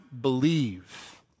believe